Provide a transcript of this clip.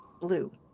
blue